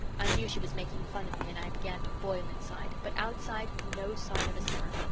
i knew she was making fun of me and i began to boil inside but outside no sign of a simmer.